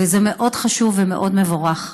וזה מאוד חשוב ומאוד מבורך.